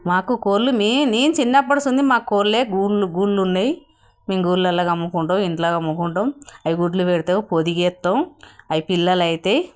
మాకు కోళ్ళు మే నేను చిన్నప్పటి నుండి మాకు కోళ్ళే గూళ్ళు గూళ్ళు ఉన్నాయి మేము గూళ్ళల్లో కమ్ముకుంటాము ఇంట్లో కమ్ముకుంటాము అవి గుడ్లు పెడతాయి పొదిగేస్తము అవి పిల్లలు అవుతాయి